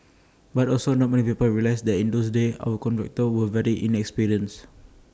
but also not many people realise that in those days our contractors were very inexperienced